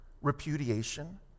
repudiation